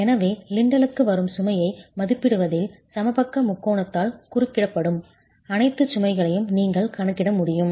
எனவே லிண்டலுக்கு வரும் சுமையை மதிப்பிடுவதில் சமபக்க முக்கோணத்தால் குறுக்கிடப்படும் அனைத்து சுமைகளையும் நீங்கள் கணக்கிட முடியும்